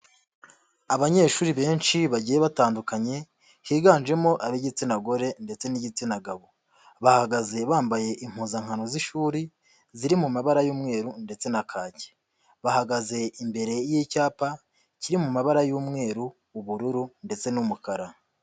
Abanyeshuri benshi bagiye batandukanye higanjemo ab'igitsina gore ndetse n'igitsina gabo, bahagaze bambaye impuzankano z'ishuri ziri mu mabara y'umweru ndetse na kake, bahagaze imbere y'icyapa kiri mu mabara y'umweru, ubururu ndetse n'umukara.